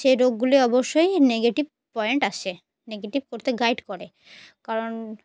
সেই রোগগুলি অবশ্যই নেগেটিভ পয়েন্ট আসে নেগেটিভ করতে গাইড করে কারণ